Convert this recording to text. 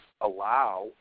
allow